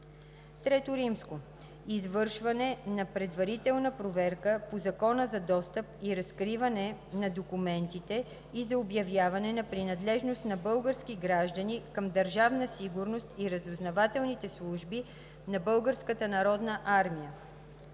информация. Ш. Извършване на предварителна проверка по Закона за достъп и разкриване на документите и за обявяване на принадлежност на български граждани към Държавна сигурност и разузнавателните служби на